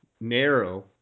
narrow